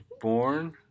born